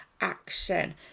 action